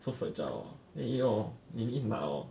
so fragile orh 一弄 orh 你一拿 orh